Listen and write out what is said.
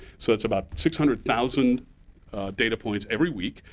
so it's about six hundred thousand data points every week.